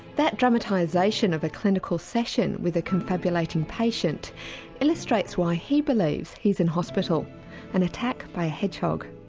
that dramatisation of a clinical session with a confabulating patient illustrates why he believes he's in hospital an attack by a hedgehog.